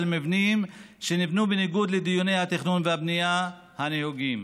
מבנים שנבנו בניגוד לדיני התכנון והבנייה הנהוגים.